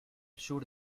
sur